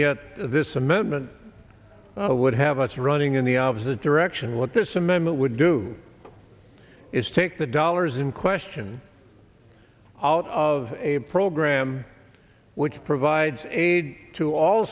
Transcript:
yet this amendment would have us running in the opposite direction what this amendment would do is take the dollars in question out of a program which provides aid to all